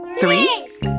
Three